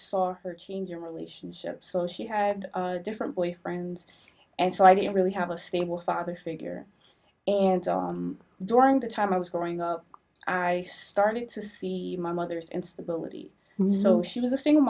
saw her change your relationship so she had different boyfriends and so i didn't really have a stable father you're and during the time i was growing up i started to see my mother's instabilities know she was a single